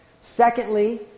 Secondly